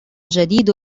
جديد